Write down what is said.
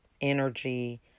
energy